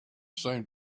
seemed